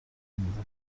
میده